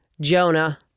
Jonah